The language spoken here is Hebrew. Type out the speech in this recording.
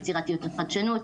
יצירתיות וחדשנות,